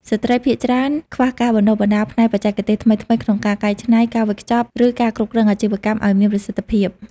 ស្ត្រីភាគច្រើនខ្វះការបណ្តុះបណ្តាលផ្នែកបច្ចេកទេសថ្មីៗក្នុងការកែច្នៃ ការវេចខ្ចប់ ឬការគ្រប់គ្រងអាជីវកម្មឲ្យមានប្រសិទ្ធភាព។